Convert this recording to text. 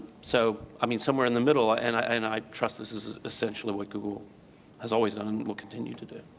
so i mean somewhere in the middle, and i trust this is essentially what google has always done and will continue to do.